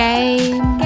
Game